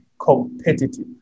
competitive